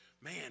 man